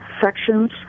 sections